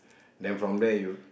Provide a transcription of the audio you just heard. then from there you